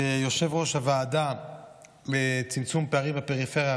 יושב-ראש הוועדה לצמצום פערים בפריפריה,